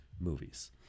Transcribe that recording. movies